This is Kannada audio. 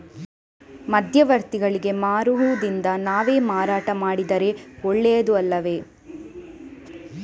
ಮಧ್ಯವರ್ತಿಗಳಿಗೆ ಮಾರುವುದಿಂದ ನಾವೇ ಮಾರಾಟ ಮಾಡಿದರೆ ಒಳ್ಳೆಯದು ಅಲ್ಲವೇ?